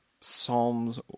Psalms